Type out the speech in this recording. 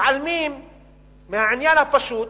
מתעלמים מהעניין הפשוט,